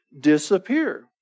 disappear